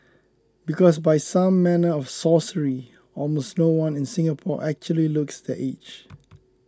because by some manner of sorcery almost no one in Singapore actually looks their age